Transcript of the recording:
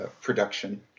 production